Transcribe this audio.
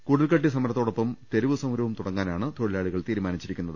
കുടിൽകെട്ടി സമരത്തോ ടൊപ്പം തെരുവ് സമരവും തുടങ്ങാനാണ് തൊഴിലാളികൾ തീരുമാ നിച്ചിരിക്കുന്നത്